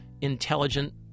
intelligent